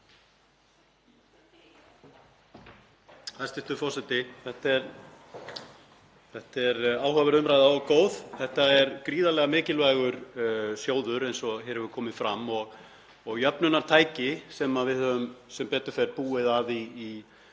Þetta er áhugaverð umræða og góð. Þetta er gríðarlega mikilvægur sjóður eins og hér hefur komið fram og jöfnunartæki sem við höfum sem betur fer búið að í